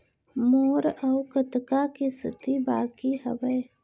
मोर अऊ कतका किसती बाकी हवय?